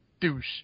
douche